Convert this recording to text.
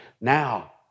now